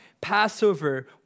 Passover